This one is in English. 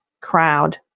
crowd